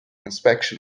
inspection